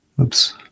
Oops